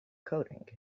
coding